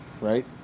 Right